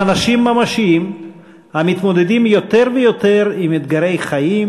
הם אנשים ממשיים המתמודדים יותר ויותר עם אתגרי חיים,